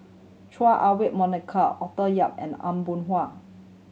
Chua Ah Huwa Monica Arthur Yap and Aw Boon Haw